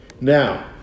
now